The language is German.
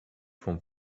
vom